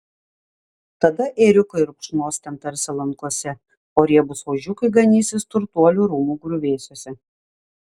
tada ėriukai rupšnos ten tarsi lankose o riebūs ožiukai ganysis turtuolių rūmų griuvėsiuose